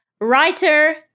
writer